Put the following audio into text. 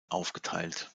aufgeteilt